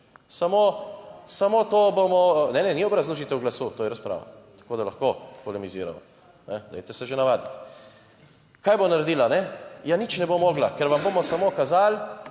samo to bomo... Ne, ne, ni obrazložitev glasu, to je razprava, tako da lahko polemiziramo. Dajte se že navaditi. Kaj bo naredila? Ne, ja, nič ne bo mogla, ker vam bomo samo kazali